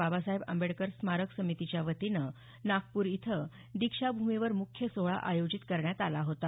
बाबासाहेब आंबेडकर स्मारक समितीच्यावतीनं नागपूर इथं दीक्षा भूमीवर मुख्य सोहळा आयोजित करण्यात आला होता